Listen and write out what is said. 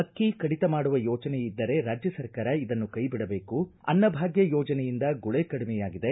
ಅಕ್ಕಿ ಕಡಿತ ಮಾಡುವ ಯೋಚನೆ ಇದ್ದರೆ ರಾಜ್ಯ ಸರ್ಕಾರ ಇದನ್ನು ಕೈಬಿಡಬೇಕು ಅನ್ನ ಭಾಗ್ಯ ಯೋಜನೆಯಿಂದ ಗುಳೆ ಕಡಿಮೆಯಾಗಿದೆ